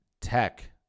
tech